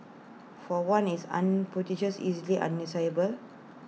for one it's ubiquitous easily an